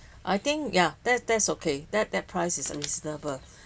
I think ya that that's okay that that prices is reasonable